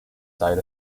side